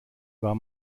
war